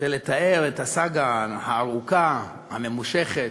מלתאר את הסאגה הארוכה, הממושכת,